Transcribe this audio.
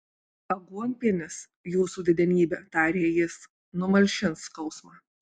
aguonpienis jūsų didenybe tarė jis numalšins skausmą